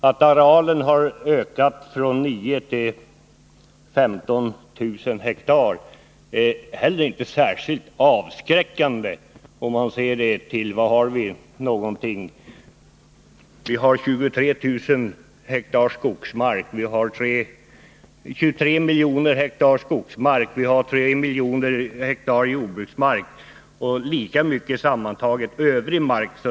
Att arealen har ökat från 9000 till 15000 hektar är heller inte särskilt avskräckande, om man betänker att vi har 23 miljoner hektar skogsmark, 3 miljoner hektar jordbruksmark och sammantaget lika mycket övrig mark.